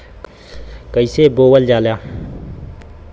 कईसे बोवल जाले?